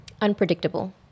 unpredictable